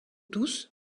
douce